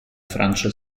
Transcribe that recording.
francia